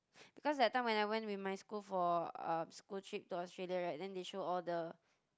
because that time when I went with my school for um school trip to Australia right then they show all the